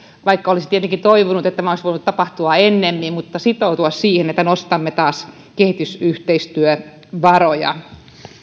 vaikka olisi tietenkin toivonut että tämä olisi voinut tapahtua ennemmin sitoutua siihen että nostamme taas kehitysyhteistyövaroja